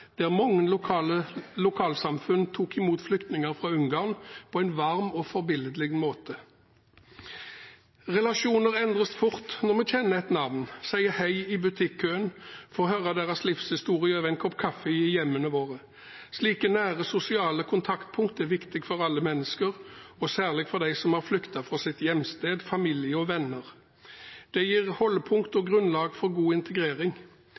der mange lokalsamfunn tok imot flyktninger fra Ungarn på en varm og forbilledlig måte. Relasjoner endres fort når vi kjenner et navn, sier hei i butikkøen, får høre deres livshistorie over en kopp kaffe i hjemmene våre. Slike nære sosiale kontaktpunkt er viktig for alle mennesker, og særlig for dem som har flyktet fra sitt hjemsted, familie og venner. Det gir holdepunkt og grunnlag for god integrering.